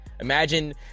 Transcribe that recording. Imagine